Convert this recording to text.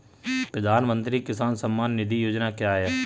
प्रधानमंत्री किसान सम्मान निधि योजना क्या है?